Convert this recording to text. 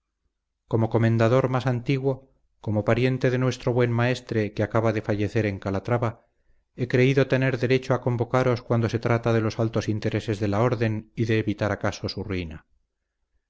como comendador más antiguo como pariente de nuestro buen maestre que acaba de fallecer en calatrava he creído tener derecho a convocaros cuando se trata de los altos intereses de la orden y de evitar acaso su ruina